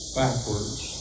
backwards